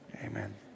Amen